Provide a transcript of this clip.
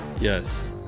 yes